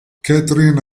catherine